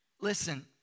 Listen